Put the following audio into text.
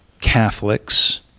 Catholics